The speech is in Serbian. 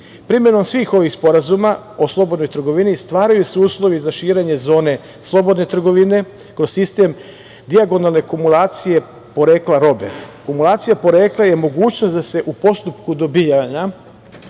Primenom svih ovih sporazuma o slobodnoj trgovini, stvaraju se uslovi za širenje zone slobodne trgovine, kroz sistem dijagonalne kumulacije porekla robe. Kumulacija porekla je mogućnost da se u postupku dobijanja